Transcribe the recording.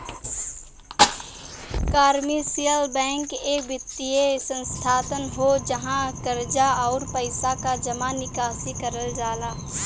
commercial bank एक वित्तीय संस्थान हौ जहाँ कर्जा, आउर पइसा क जमा निकासी करल जाला